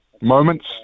moments